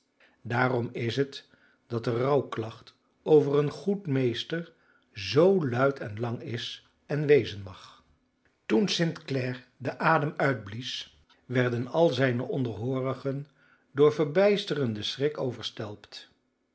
daarom is het dat de rouwklacht over een goed meester zoo luid en lang is en wezen mag toen st clare den adem uitblies werden al zijne onderhoorigen door verbijsterden schrik overstelpt